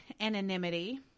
anonymity